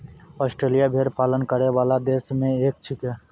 Australia भेड़ पालन करै वाला देश म सें एक छिकै